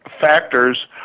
factors